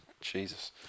Jesus